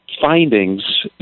findings